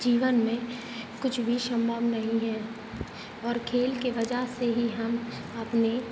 जीवन में कुछ भी संभव नहीं हैं और खेल की वजह से ही हम अपने